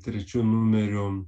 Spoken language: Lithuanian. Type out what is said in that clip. trečiu numeriu